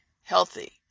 healthy